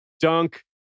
Dunk